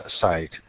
site